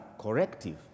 corrective